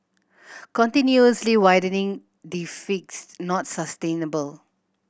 continuously widening deficits not sustainable